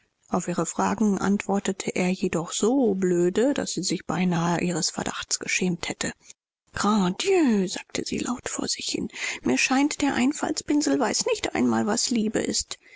auf ihre fragen antwortete er jedoch so blöde daß sie sich beinahe ihres verdachts geschämt hätte grand dieu sagte sie laut vor sich hin mir scheint der einfaltspinsel weiß nicht einmal was liebe ist